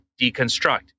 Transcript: deconstruct